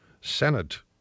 Senate